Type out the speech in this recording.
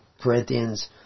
Corinthians